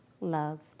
loved